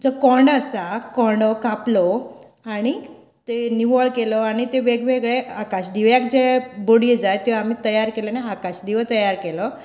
जो कोणो आसा तो कोणो कापलो आनी तें निवळ केलो आनी वेगवेगळे आकाश दिव्याक जे बडी जाय त्यो आमी तयार केल्यो आनी आकाशदिवो तयार केलो